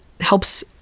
helps